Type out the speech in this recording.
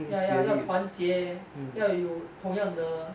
ya ya 要团结要有同样的